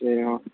சரிம்மா